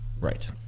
Right